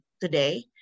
today